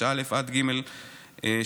6(א) (ג),